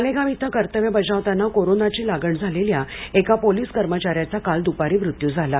मालेगाव येथे कर्तव्य बजावताना कोरोनाची लागण झालेल्या एका पोलीस कर्मचार्यांचा काल दुपारी मृत्यू झाला